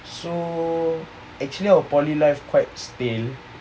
so actually our poly life quite stale